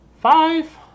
five